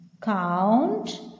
Count